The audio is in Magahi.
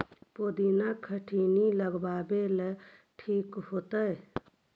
पुदिना कखिनी लगावेला ठिक होतइ?